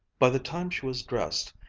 by the time she was dressed,